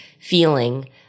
feeling